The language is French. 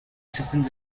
certaines